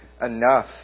enough